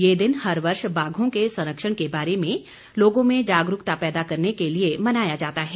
ये दिन हर वर्ष बाघों के संरक्षण के बारे में लोगों में जागरूकता पैदा करने के लिये मनाया जाता है